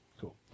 Cool